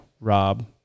Rob